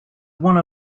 one